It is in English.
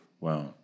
Wow